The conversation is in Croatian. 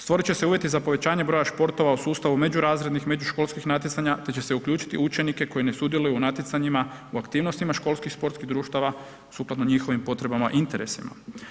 Stvorit će se uvjeti za povećanje broja športova u sustavu međurazrednih, međuškolskih natjecanja te će se uključiti učenike koji ne sudjeluju u natjecanjima u aktivnostima školskih sportskih društava sukladno njihovim potrebama i interesima.